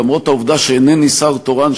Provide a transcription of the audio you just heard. למרות העובדה שאינני שר תורן,